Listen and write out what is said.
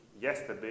Yesterday